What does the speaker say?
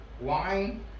wine